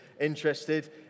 interested